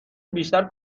بیشتر